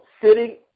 sitting